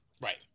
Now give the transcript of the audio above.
Right